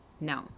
No